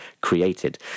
created